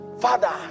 Father